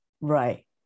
Right